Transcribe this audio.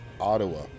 Ottawa